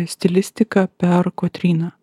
stilistika per kotryną